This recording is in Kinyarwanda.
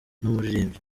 n’umuririmbyi